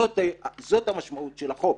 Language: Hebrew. זאת המשמעות של החוק.